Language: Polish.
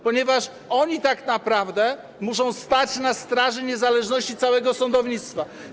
Ponieważ oni tak naprawdę muszą stać na straży niezależności całego sądownictwa.